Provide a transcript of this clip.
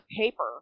paper